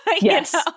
Yes